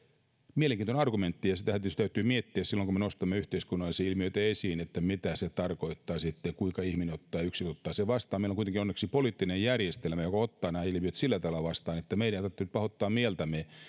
mielenkiintoinen argumentti ja sitähän tietysti täytyy miettiä silloin kun me nostamme yhteiskunnallisia ilmiöitä esiin mitä se tarkoittaa ja kuinka ihminen ottaa yksilö ottaa sen vastaan meillä on kuitenkin onneksi poliittinen järjestelmä joka ottaa nämä ilmiöt sillä tavalla vastaan että meidän ei nyt pahoittaa mieltämme